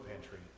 pantry